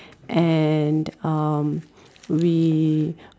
and um we